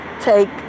take